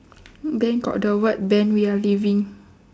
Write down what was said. then got the word ben we are leaving